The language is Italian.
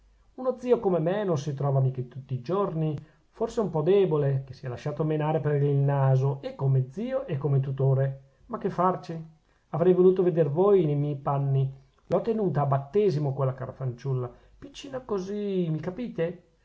uno zio come me non si trova mica tutti i giorni forse un po debole che si è lasciato menare per il naso e come zio e come tutore ma che farci avrei voluto veder voi nei miei panni l'ho tenuta a battesimo quella cara fanciulla piccina così mi capite